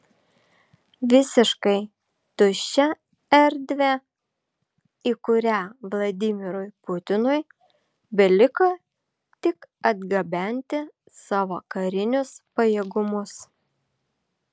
visiškai tuščią erdvę į kurią vladimirui putinui beliko tik atgabenti savo karinius pajėgumus